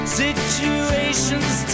situations